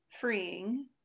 freeing